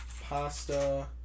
pasta